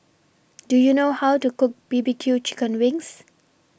Do YOU know How to Cook B B Q Chicken Wings